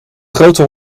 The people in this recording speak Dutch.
grote